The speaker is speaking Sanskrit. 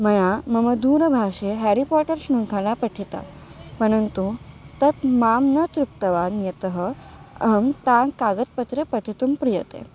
मया मम दूरभाषे ह्यारि पाटर् शृङ्खला पठिता परन्तु तत् मां न तृप्तवान् यतः अहं तान् कागत्पत्रे पठितुं प्रियते